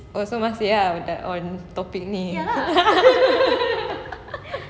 oh so much sia on topic ini